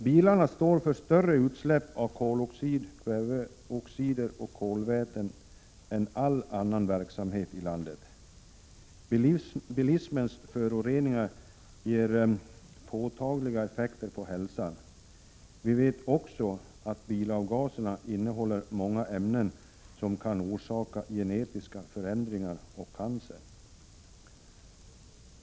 Bilarna står för större utsläpp av koloxid, kväveoxider och kolväten än något annat i landet. Bilismens föroreningar ger påtagliga effekter på hälsan. Vi vet också att bilavgaserna innehåller många ämnen som kan orsaka genetiska förändringar och cancer.